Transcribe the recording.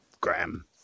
Graham